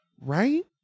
Right